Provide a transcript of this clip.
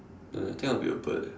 don't know eh I think I'll be a bird